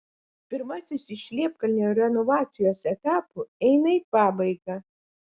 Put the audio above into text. pirmasis iš liepkalnio renovacijos etapų eina į pabaigą